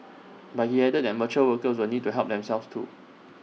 but he added that mature workers will need to help themselves too